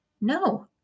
No